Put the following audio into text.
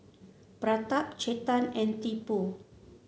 Pratap Chetan and Tipu